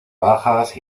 bajas